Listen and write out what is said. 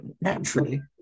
naturally